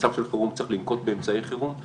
במצב של חירום צריך לנקוט באמצעי חירום,